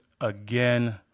again